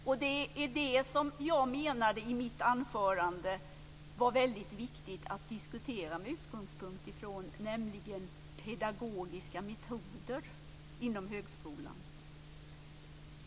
Vad jag i mitt huvudanförande menade var att det är väldigt viktigt att diskutera just utifrån pedagogiska metoder inom högskolan.